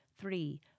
three